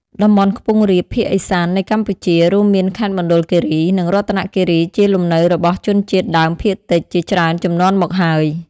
តំបន់ខ្ពង់រាប ភាគឦសាននៃកម្ពុជា រួមមានខេត្តមណ្ឌលគិរី និងរតនគិរី ជាលំនៅរបស់ ជនជាតិដើមភាគតិច ជាច្រើនជំនាន់មកហើយ។